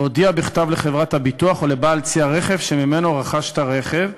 להודיע בכתב לחברת הביטוח או לבעל צי הרכב שממנו רכש את הרכב,